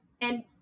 and-